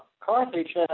Carthage